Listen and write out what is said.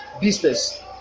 business